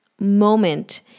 moment